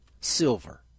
silver